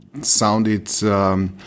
sounded